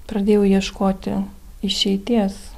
pradėjau ieškoti išeities